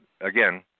again